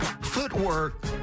Footwork